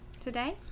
today